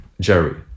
Jerry